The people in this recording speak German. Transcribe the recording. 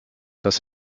dass